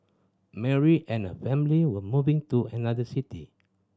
Mary and her family were moving to another city